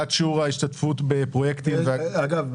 העיקרון השלישי הוא הגדלת שיעור ההשתתפות בפרויקטים --- דרך אגב,